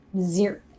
zero